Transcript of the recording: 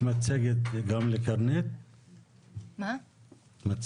נציג את הרפורמה בהתחדשות עירונית,